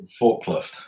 forklift